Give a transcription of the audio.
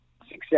success